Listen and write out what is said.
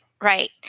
right